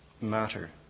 matter